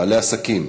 בעלי עסקים,